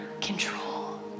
control